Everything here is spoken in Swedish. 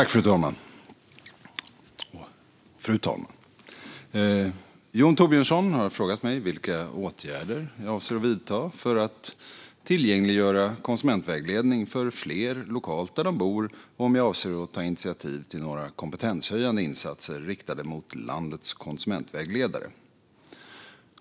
Fru talman! har frågat mig vilka åtgärder jag avser att vidta för att tillgängliggöra konsumentvägledning för fler lokalt där de bor och om jag avser att ta initiativ till några kompetenshöjande insatser riktade mot landets konsumentvägledare.